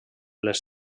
les